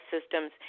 systems